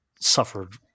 suffered